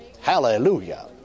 Hallelujah